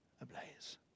ablaze